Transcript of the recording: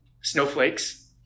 snowflakes